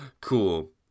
cool